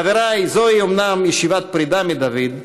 חבריי, זוהי אומנם ישיבת פרידה מדוד,